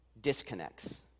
disconnects